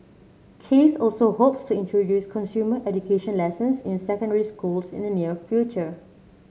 case also hopes to introduce consumer education lessons in secondary schools in the near future